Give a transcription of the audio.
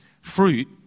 fruit